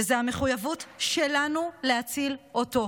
וזו המחויבות שלנו להציל אותו.